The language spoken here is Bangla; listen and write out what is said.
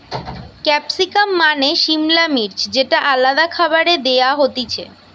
ক্যাপসিকাম মানে সিমলা মির্চ যেটা আলাদা খাবারে দেয়া হতিছে